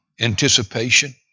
anticipation